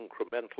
incremental